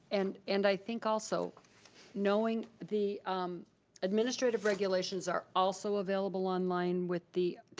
and and i think also knowing the administrative regulations are also available online with the,